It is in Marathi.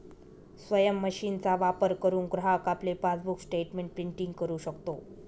स्वयम मशीनचा वापर करुन ग्राहक आपले पासबुक स्टेटमेंट प्रिंटिंग करु शकतो